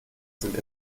sind